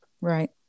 Right